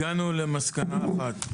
הגענו למסקנה אחת.